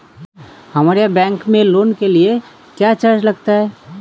हमारे यहाँ बैंकों में लोन के लिए क्या चार्ज लगता है?